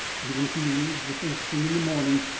even if he leaves the first thing in the morning,